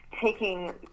taking